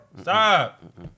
Stop